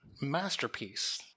Masterpiece